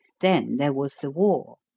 then there was the war.